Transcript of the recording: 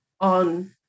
on